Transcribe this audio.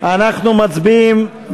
לא קיבלנו שוקולד, אני מוחה.